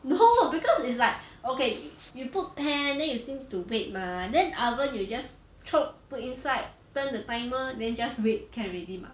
no because it's like okay you put pan then you still need to wait mah then oven you just chope put inside turn the timer then just wait can already mah